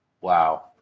Wow